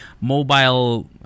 mobile